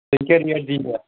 تیٚلہِ کیٛازِ